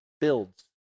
builds